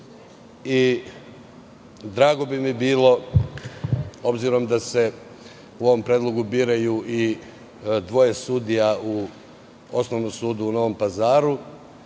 Drago bi mi bilo, obzirom da se u ovom predlogu biraju i dvoje sudija u Osnovnom sudu u Novom Pazaru,